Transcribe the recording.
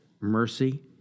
mercy